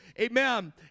Amen